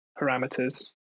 parameters